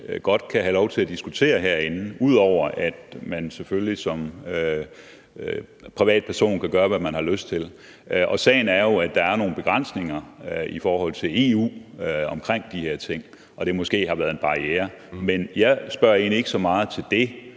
godt kan diskutere herinde – ud over at man selvfølgelig som privatperson kan gøre, hvad man har lyst til. Og sagen er jo, at der er nogle begrænsninger i forhold til EU omkring de her ting, og at det måske har været en barriere. Men jeg spørger egentlig ikke så meget til det.